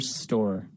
store